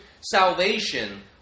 salvation